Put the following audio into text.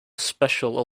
special